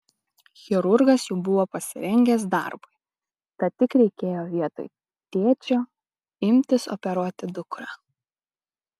chirurgas jau buvo pasirengęs darbui tad tik reikėjo vietoj tėčio imtis operuoti dukrą